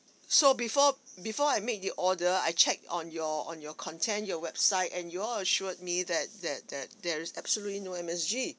so before before I make the order I check on your on your content your website and y'all assured me that that that there is absolutely no M_S_G